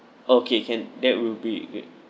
okay can that will be great